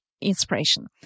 inspiration